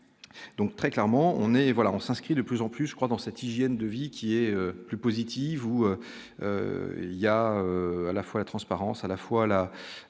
donc très clairement on est voilà on s'inscrit de plus en plus je crois dans cette hygiène de vie qui est plus positive, où il y a à la fois la transparence à la fois la,